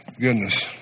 goodness